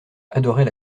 adorait